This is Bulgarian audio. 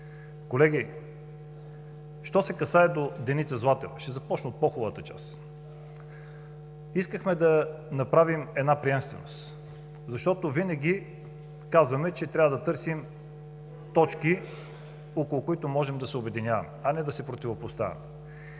колеги, що се касае до Деница Златева, ще започна от по-хубавата част – искахме да направим една приемственост. Винаги казваме, че трябва да търсим точки, около които можем да се обединяваме, не да се противопоставяме.